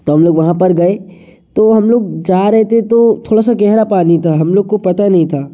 तो हम लोग वहाँ पर गए तो हम लोग जा रहे थे तो थोड़ा सा गहरा पानी था हम लोग को पता नहीं था